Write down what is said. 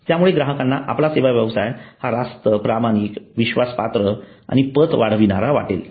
यामुळे ग्राहकांना आपला सेवा व्यवसाय हा रास्त प्रामाणिक विश्वास पात्र आणि पत वाढविणारा वाटेल